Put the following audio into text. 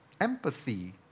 Empathy